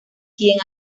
quien